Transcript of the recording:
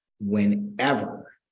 Whenever